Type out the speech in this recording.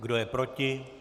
Kdo je proti?